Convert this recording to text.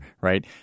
right